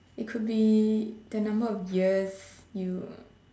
it could be the number of years you